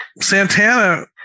Santana